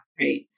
right